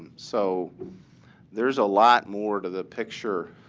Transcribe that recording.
so there is a lot more to the picture